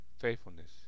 faithfulness